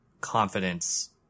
confidence